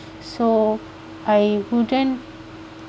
so I wouldn't